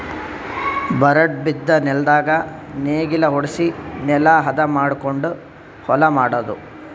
ಬರಡ್ ಬಿದ್ದ ನೆಲ್ದಾಗ ನೇಗಿಲ ಹೊಡ್ಸಿ ನೆಲಾ ಹದ ಮಾಡಕೊಂಡು ಹೊಲಾ ಮಾಡದು